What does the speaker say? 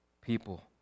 people